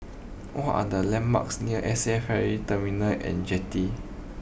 what are the landmarks near S F Ferry Terminal and Jetty